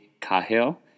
Cahill